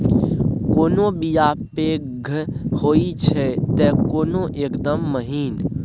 कोनो बीया पैघ होई छै तए कोनो एकदम महीन